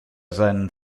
seinen